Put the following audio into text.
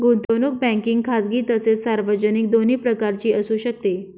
गुंतवणूक बँकिंग खाजगी तसेच सार्वजनिक दोन्ही प्रकारची असू शकते